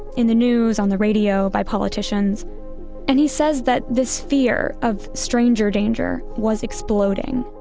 in the news, on the radio, by politicians and he says that this fear of stranger danger was exploding.